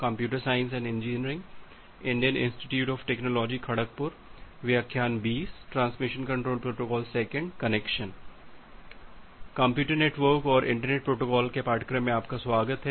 computer network और internet protocol के पाठ्यक्रम में आपका स्वागत है